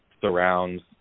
surrounds